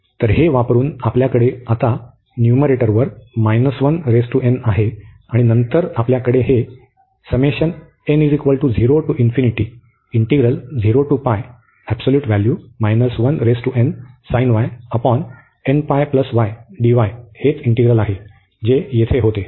तर हे वापरुन आपल्याकडे आता न्यूमरेटरवर आहे आणि नंतर आपल्याकडे हे तेच इंटिग्रल आहे जे येथे होते